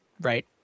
Right